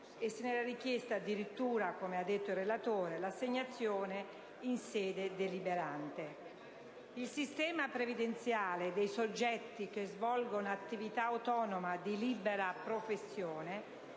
e se ne era richiesta addirittura - come ha detto il relatore - l'assegnazione in sede deliberante. Il sistema previdenziale dei soggetti che svolgono attività autonoma di libera professione